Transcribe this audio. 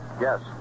Yes